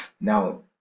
now